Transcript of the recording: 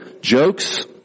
Jokes